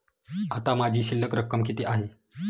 आता माझी शिल्लक रक्कम किती आहे?